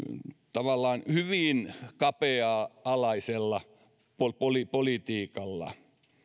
tavallaan hyvin kapea alaisella politiikalla